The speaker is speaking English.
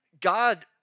God